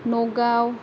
न'गाव